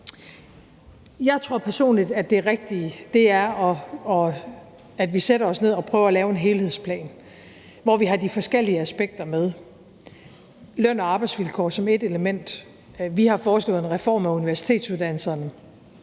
Jeg tror personligt, at det rigtige er, at vi sætter os ned og prøver at lave en helhedsplan, hvor vi har de forskellige aspekter med, og hvor løn og arbejdsvilkår er et af elementerne. Vi har foreslået en reform af universitetsuddannelserne,